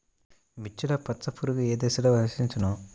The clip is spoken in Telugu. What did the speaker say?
మిర్చిలో పచ్చ పురుగు ఏ దశలో ఆశించును?